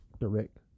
direct